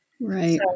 Right